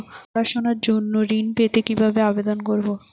পড়াশুনা জন্য ঋণ পেতে কিভাবে আবেদন করব?